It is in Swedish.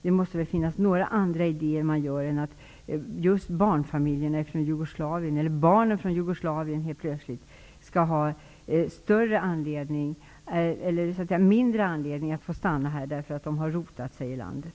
Det måste väl finnas några andra skäl än att just barnen från Jugoslavien skulle ha mindre anledning att få stanna här när det har rotat sig i landet.